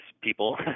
people